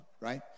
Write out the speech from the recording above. right